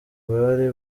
bari